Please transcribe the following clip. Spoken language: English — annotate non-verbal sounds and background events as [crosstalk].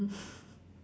[breath]